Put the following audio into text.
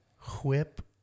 whip